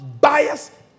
bias